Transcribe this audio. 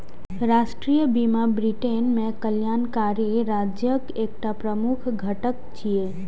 राष्ट्रीय बीमा ब्रिटेन मे कल्याणकारी राज्यक एकटा प्रमुख घटक छियै